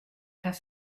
does